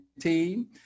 team